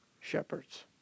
shepherds